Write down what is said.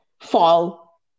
Fall